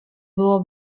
było